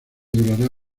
durará